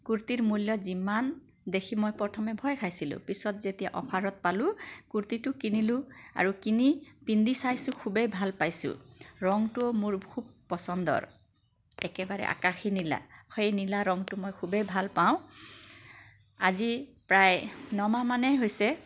কুৰ্তীৰ মূল্য যিমান দেখি মই প্ৰথমে ভয় খাইছিলোঁ পিছত যেতিয়া অ'ফাৰত পালো কুৰ্তীটো কিনিলোঁ আৰু কিনি পিন্ধি চাইছোঁ খুবেই ভাল পাইছোঁ ৰঙটোও মোৰ খুব পচন্দৰ একেবাৰে আকাশী নীলা সেই নীলা ৰঙটো মই খুবেই ভাল পাওঁ আজি প্ৰায় নমাহ মানেই হৈছে